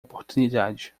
oportunidade